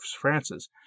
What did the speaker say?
Francis